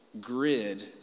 grid